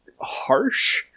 harsh